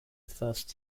first